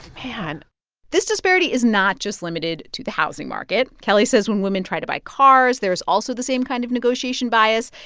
man this disparity is not just limited to the housing market. kelly says when women try to buy cars, there is also the same kind of negotiation bias.